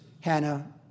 hannah